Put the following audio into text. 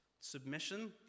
submission